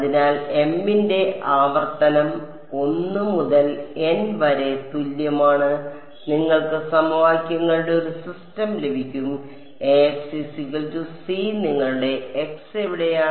അതിനാൽ m ന്റെ ആവർത്തനം 1 മുതൽ N വരെ തുല്യമാണ് നിങ്ങൾക്ക് സമവാക്യങ്ങളുടെ ഒരു സിസ്റ്റം ലഭിക്കും നിങ്ങളുടെ x എവിടെയാണ്